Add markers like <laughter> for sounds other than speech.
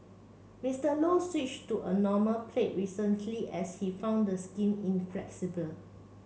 Mister Low switched to a normal plate recently as he found the <unintelligible> inflexible